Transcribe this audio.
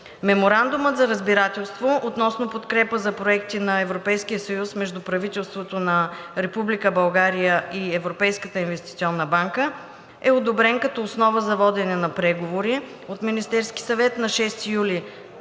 Меморандумът за разбирателство относно подкрепа за проекти на Европейския съюз между правителството на Република България и Европейската инвестиционна банка е одобрен като основа за водене на преговори от Министерския съвет на 6 юли